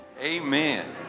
Amen